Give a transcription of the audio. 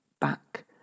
back